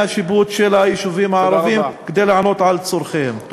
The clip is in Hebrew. השיפוט של היישובים הערביים כדי לענות על צורכיהם.